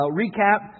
recap